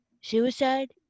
suicide